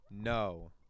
No